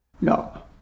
no